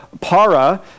para